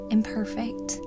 Imperfect